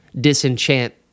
disenchant